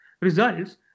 results